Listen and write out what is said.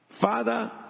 Father